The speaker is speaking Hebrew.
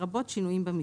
לרבות שינויים במפרט,